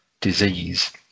disease